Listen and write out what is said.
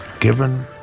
given